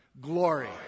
glory